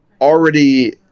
already